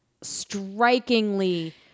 strikingly